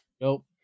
nope